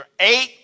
eight